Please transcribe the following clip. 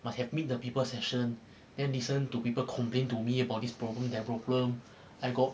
must have meet the people session then listen to people complain to me about this problem that problem I got